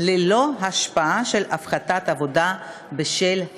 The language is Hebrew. ללא השפעה של הפחתת עבודה בשל ההיריון.